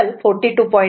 3 असा आहे